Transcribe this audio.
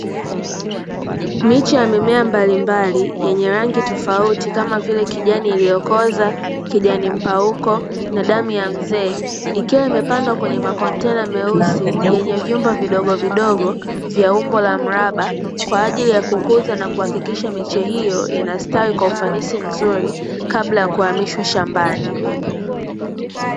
Miche ya mimea mbalimbali, yenye rangi tofauti, kama vile kijani iliyokoza, kijani mpauko na damu ya Mzee, ikiwa imepandwa kwenye makontena meusi yenye vyumba vidogovidogo vya umbo la mraba kwa ajili ya kukuza na kuhakikisha miche hiyo inastawi kwa ufanisi mzuri kabla ya kuhamishwa shambani.